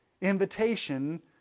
invitation